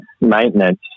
maintenance